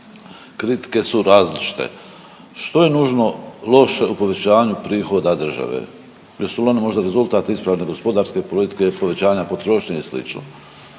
Kritike su različite. Što je nužno loše u povećanju prihoda države? Jesu li oni možda rezultat ispravne gospodarske politike i povećanja potrošnje i